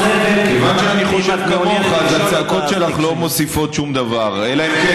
אבל לא על אתיופים,